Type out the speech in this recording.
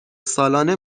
سالانه